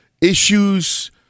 issues